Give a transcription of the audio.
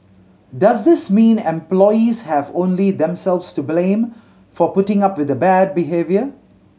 does this mean employees have only themselves to blame for putting up with the bad behaviour